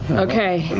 okay.